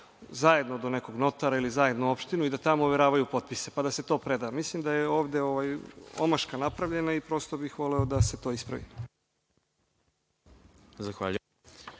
zajedno do nekog notara ili zajedno u opštinu i da tamo overavaju potpise, pa da se to preda. Mislim da je ovde omaška napravljena i prosto bih voleo da se to ispravi.